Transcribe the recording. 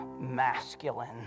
masculine